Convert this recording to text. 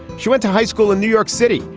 she went to high school in new york city.